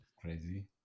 Crazy